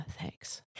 thanks